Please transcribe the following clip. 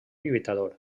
lluitador